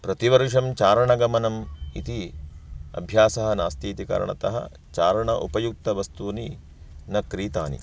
प्रतिवर्षं चारणगमनं इति अभ्यासः नास्ति इति कारणतः चारण उपयुक्त वस्तूनि न क्रीतानि